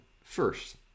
first